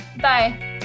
Bye